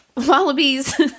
Wallabies